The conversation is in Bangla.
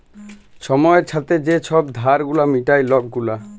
ছময়ের ছাথে যে ছব ধার গুলা মিটায় লক গুলা